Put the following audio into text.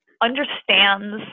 understands